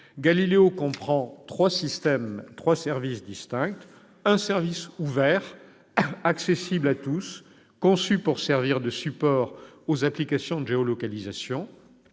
Galileo comprend trois services distincts : un service ouvert, accessible à tous, conçu pour servir de support aux applications de géolocalisation